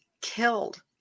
killed